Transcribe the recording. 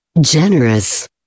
generous